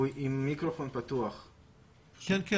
ג'אבר,